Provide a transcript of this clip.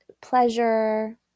pleasure